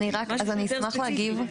אני אשמח להגיב.